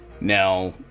Now